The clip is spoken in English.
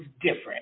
different